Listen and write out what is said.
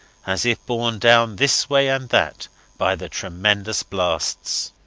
as if borne down this way and that by the tremendous blasts.